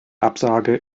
absage